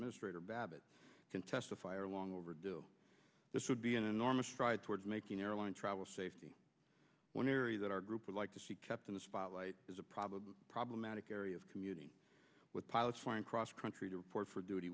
administrator babbitt can testify are long overdue this would be an enormous strides towards making airline travel safe one area that our group would like to see kept in the spotlight is a problem problematic area of commuting with pilots flying cross country to report for duty